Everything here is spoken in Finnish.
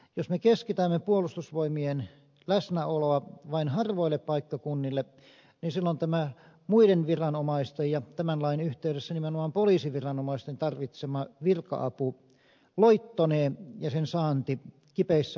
jos me keskitämme puolustusvoimien läsnäoloa vain harvoille paikkakunnille niin silloin muiden viranomaisten ja tämän lain yhteydessä nimenomaan poliisiviranomaisten tarvitsema virka apu loittonee ja sen saanti kipeissä hätätilanteissa heikkenisi